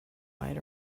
might